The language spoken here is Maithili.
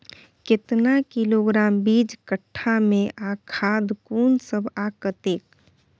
केतना किलोग्राम बीज कट्ठा मे आ खाद कोन सब आ कतेक?